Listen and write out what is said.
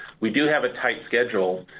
we do have a tight schedule.